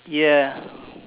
ya